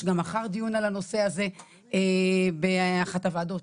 יש גם מחר דיון על הנושא הזה באחת הוועדות,